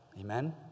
Amen